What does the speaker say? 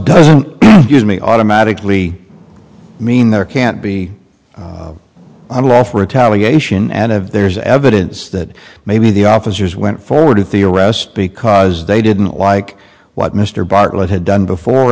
doesn't give me automatically mean there can't be unlawful retaliation and if there's evidence that maybe the officers went forward with the arrest because they didn't like what mr bartlett had done before